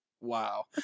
wow